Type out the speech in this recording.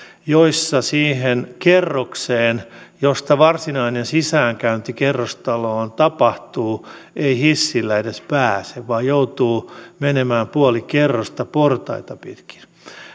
joissa siihen kerrokseen josta varsinainen sisäänkäynti kerrostaloon tapahtuu ei hissillä edes pääse vaan joutuu menemään puoli kerrosta portaita pitkin